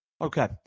Okay